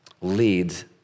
leads